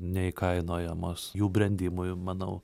neįkainojamos jų brendimui manau